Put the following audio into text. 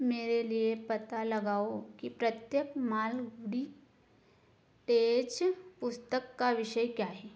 मेरे लिए पता लगाओ कि प्रत्येक मालगुडी डेज़ पुस्तक का विषय क्या है